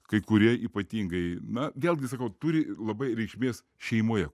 kai kurie ypatingai na vėlgi sakau turi labai reikšmės šeimoje